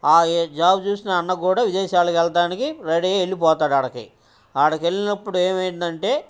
ఆ జాబ్ చూసిన అన్నూ కూడా విదేశాలకు వెళ్ళతానికి రెడీ అయ్యి వెళ్ళిపోతాడు ఆడకి ఆడకిెళ్ళినప్పుడు ఏమైందంటే